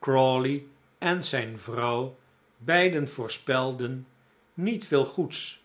crawley en zijn vrouw beiden voorspelden niet veel goeds